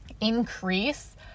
increase